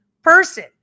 person